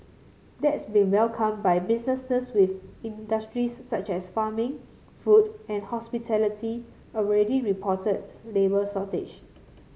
that's been welcomed by businesses with industries such as farming food and hospitality already reporting labour shortages